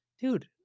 dude